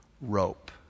rope